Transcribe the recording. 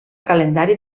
calendari